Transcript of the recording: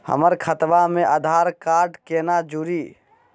हमर खतवा मे आधार कार्ड केना जुड़ी?